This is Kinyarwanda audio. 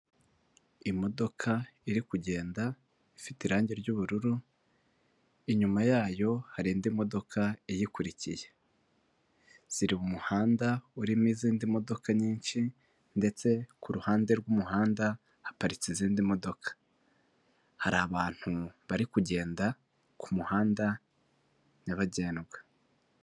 Imodoka iri kugenda, ifite irangi ry'ubururu, inyuma yayo hari indi modoka iyikurikiye. Ziri mu muhanda urimo izindi modoka nyinshi ndetse ku ruhande rw'umuhanda haparitse izindi modoka. Hari abantu bari kugenda ku muhanda nyabagendwa.